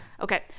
okay